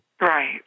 Right